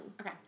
Okay